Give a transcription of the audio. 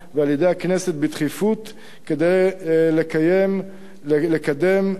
ועל-ידי הכנסת בדחיפות כדי לקדם את